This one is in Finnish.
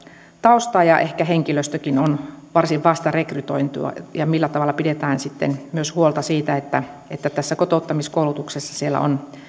taustaa ja ehkä henkilöstökin on varsin vasta rekrytoitua ja millä tavalla pidetään sitten myös huolta siitä että tässä kotouttamiskoulutuksessa ovat